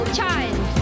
child